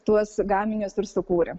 tuos gaminius ir sukūrė